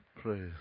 Praise